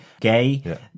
gay